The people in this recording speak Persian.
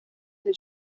امنه